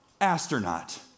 astronaut